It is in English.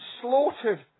slaughtered